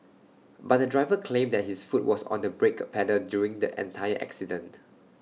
but the driver claimed that his foot was on the brake pedal during the entire accident